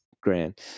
grand